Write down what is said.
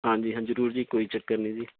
ਹਾਂਜੀ ਹਾਂ ਜ਼ਰੂਰ ਜੀ ਕੋਈ ਚੱਕਰ ਨਹੀਂ ਜੀ